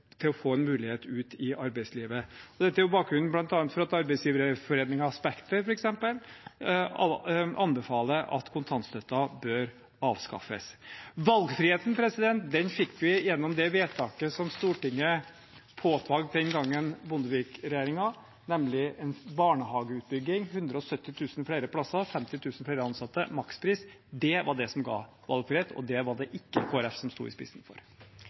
få en mulighet ute i arbeidslivet. Dette er bl.a. bakgrunnen for at arbeidsgiverforeningen Spekter, f.eks., anbefaler at kontantstøtten bør avskaffes. Valgfriheten fikk vi gjennom det vedtaket Stortinget fikk gjennom under den daværende Bondevik-regjeringen, nemlig en barnehageutbygging med 170 000 flere plasser, 50 000 flere ansatte og makspris. Det var det som ga kvalitet ? og det var det ikke Kristelig Folkeparti som sto i spissen for.